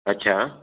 अच्छा